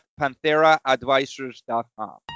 pantheraadvisors.com